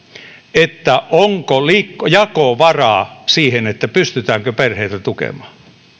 onko jakovaraa siihen että perheitä pystytään tukemaan